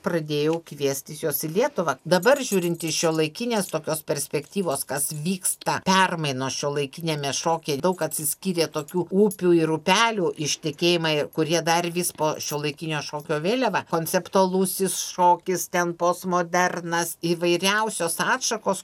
pradėjau kviestis juos į lietuvą dabar žiūrint iš šiuolaikinės tokios perspektyvos kas vyksta permainos šiuolaikiniame šokyje daug atsiskyrė tokių upių ir upelių ištekėjimai kurie dar vis po šiuolaikinio šokio vėliava konceptualusis šokis ten postmodernas įvairiausios atšakos